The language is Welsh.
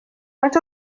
faint